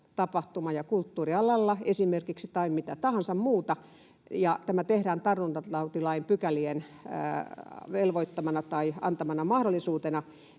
tapahtuma- ja kulttuurialalla tai mitä tahansa muuta, ja tämä tehdään tartuntatautilain pykälien velvoittamana tai antamana mahdollisuutena,